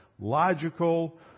logical